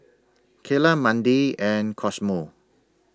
Keyla Mandi and Cosmo